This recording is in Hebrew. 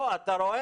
או, אתה רואה,